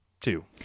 two